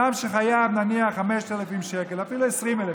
אדם שחייב נניח 5,000 שקל, ואפילו 20,000,